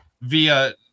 via